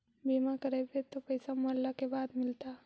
बिमा करैबैय त पैसा मरला के बाद मिलता?